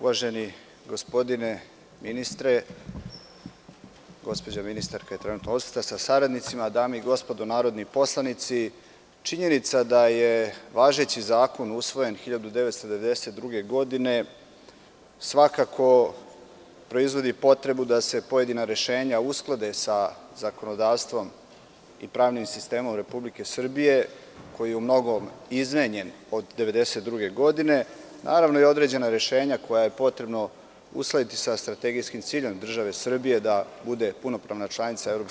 Uvaženi gospodine ministre sa saradnicima, gospođa ministarka je trenutno odsutna, dame i gospodo narodni poslanici, činjenica da je važeći zakon usvojen 1992. godine svakako proizvodi potrebu da se pojedina rešenja usklade sa zakonodavstvom i pravnim sistemom Republike Srbije, koji je u mnogom izmenjen od 1992. godine, naravno i određena rešenja koja je potrebno uskladiti sa strategijskim ciljem države Srbije da bude punopravna članica EU,